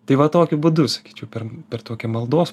tai va tokiu būdu sakyčiau per per tokią maldos